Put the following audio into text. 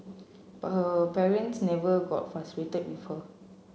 but her parents never got frustrated with her